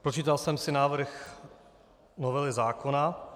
Pročítal jsem si návrh novely zákona.